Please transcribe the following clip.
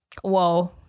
Whoa